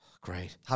Great